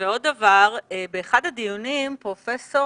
ועוד דבר: באחד הדיונים פרופ'